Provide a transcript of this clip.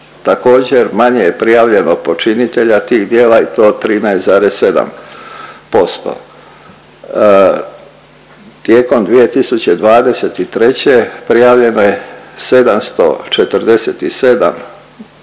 također manje je prijavljeno počinitelja tih djela i to 13,7%. Tijekom 2023. prijavljeno je 747